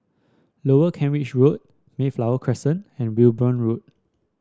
Lower Kent Ridge Road Mayflower Crescent and Wimborne Road